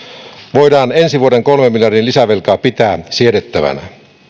voidaan ensi vuoden kolmen miljardin lisävelkaa pitää siedettävänä